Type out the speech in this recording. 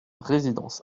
résidence